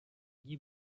guy